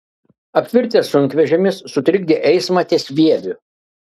apvirtęs sunkvežimis sutrikdė eismą ties vieviu